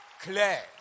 Claire